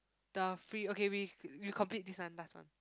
the free okay we we complete this one last one